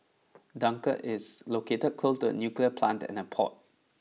Dunkirk is located close to a nuclear plant and a port